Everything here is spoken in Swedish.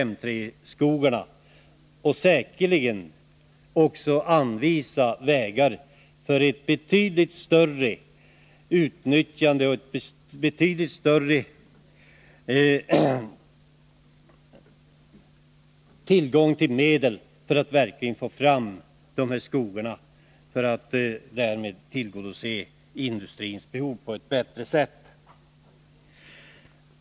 Utredningen kommer säkerligen också att föreslå betydligt mer medel och anvisa vägar för ett betydligt bättre utnyttjande av dessa skogar för att vi därmed på ett bättre sätt skall kunna tillgodose industrins behov.